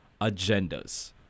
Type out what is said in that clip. agendas